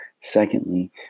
Secondly